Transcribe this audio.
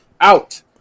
out